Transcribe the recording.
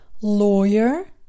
lawyer